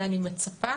ואני מצפה